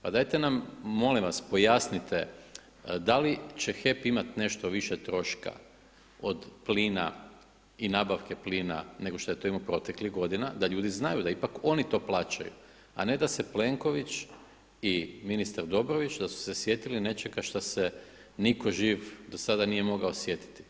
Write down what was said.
Pa dajte nam molim vas pojasnite da li će HEP imati nešto više troška od plina i nabavke plina nego što je to imao proteklih godina da ljudi znaju da ipak oni to plaćaju a ne da se Plenković i ministar Dobrović da su se sjetili nečega što se nitko živ do sada nije mogao sjetiti.